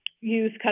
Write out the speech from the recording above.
Use